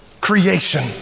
creation